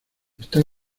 está